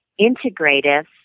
Integrative